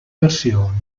versioni